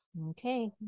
Okay